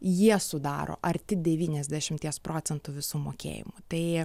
jie sudaro arti devyniasdešimties procentų visų mokėjimų tai